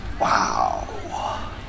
Wow